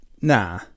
Nah